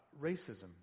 racism